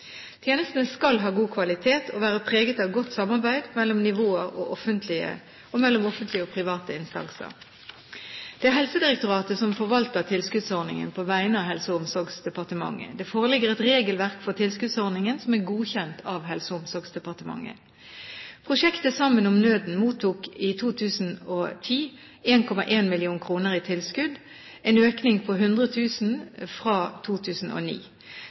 Tjenestene skal ha god kvalitet og være preget av godt samarbeid mellom nivåer og mellom offentlige og private instanser. Det er Helsedirektoratet som forvalter tilskuddsordningen på vegne av Helse- og omsorgsdepartementet. Det foreligger et regelverk for tilskuddsordningen som er godkjent av Helse- og omsorgsdepartementet. Prosjektet «Sammen om nøden» mottok i 2010 1,1 mill. kr i tilskudd, en økning på 100 000 kr fra 2009.